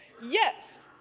yes!